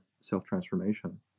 self-transformation